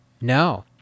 No